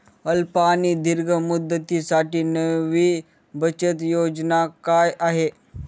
अल्प आणि दीर्घ मुदतीसाठी नवी बचत योजना काय आहे?